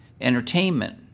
entertainment